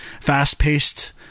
fast-paced